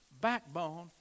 Backbone